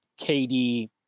KD